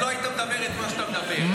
אז לא היית מדבר מה שאתה מדבר,